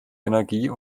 energie